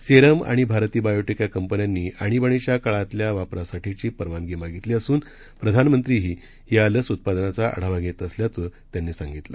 serum आणि Bharati Biotech या कंपन्यांनी आणिबाणीच्या काळातल्या वापरासाठीची परवानगी मागितली असून प्रधानमंत्रीही या लस उत्पादनाचा आढावा घेत असल्याचही त्यांनी या वेळी सांगितलं